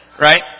Right